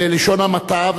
בלשון המעטה,